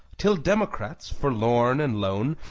till democrats, forlorn and lone,